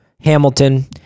Hamilton